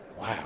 Wow